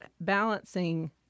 balancing